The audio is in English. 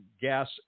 gas